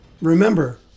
Remember